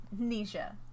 Nisha